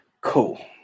Cool